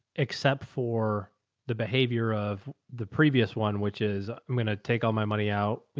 except for the behavior of the previous one, which is i'm going to take all my money out. you